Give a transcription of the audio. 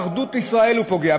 באחדות ישראל הוא פוגע.